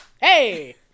hey